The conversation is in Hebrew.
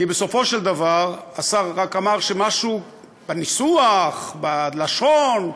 כי בסופו של דבר השר רק אמר שמשהו בניסוח, בלשון.